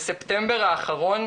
בספטמבר האחרון,